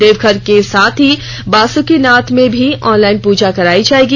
देवघर के साथ ही बासुकीनाथ में भी ऑनलाईन पुजा कराई जायेगी